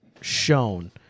shown